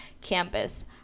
campus